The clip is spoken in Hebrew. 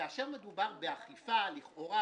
כאשר מדובר באכיפה, לכאורה